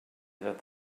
that